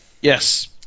Yes